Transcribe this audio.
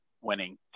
winning